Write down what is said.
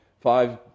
five